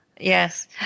yes